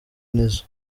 nizzo